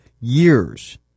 years